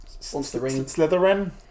Slytherin